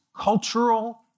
cultural